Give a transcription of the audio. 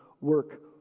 work